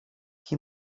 qui